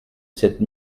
cette